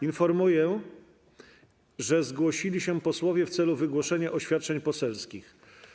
Informuję, że zgłosili się posłowie w celu wygłoszenia oświadczeń poselskich.